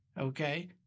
okay